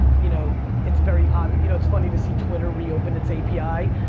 you know, it's very obvious, you know, it's funny to see twitter reopen its api,